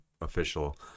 official